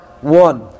one